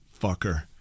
fucker